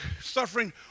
Suffering